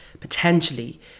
potentially